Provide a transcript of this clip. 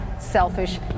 selfish